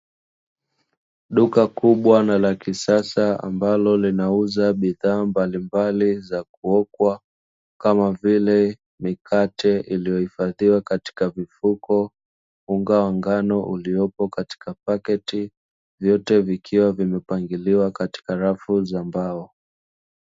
Duka kubwa na la kisasa ambalo linauza bidhaa za mbalimbali za kuokwa, kama vile mikate iliyoifadhiwa katika vifuko, unga wa ngano, uliopo katika paketi ,vyote vikiwa vimepangiliwa katika rafu za mbao.